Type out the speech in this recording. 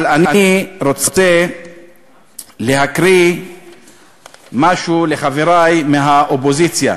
אבל אני רוצה להקריא משהו לחברי מהאופוזיציה.